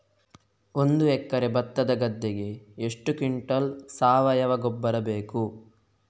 ಒಂದು ಎಕರೆ ಭತ್ತದ ಗದ್ದೆಗೆ ಎಷ್ಟು ಕ್ವಿಂಟಲ್ ಸಾವಯವ ಗೊಬ್ಬರ ಬೇಕು?